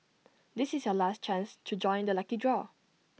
this is your last chance to join the lucky draw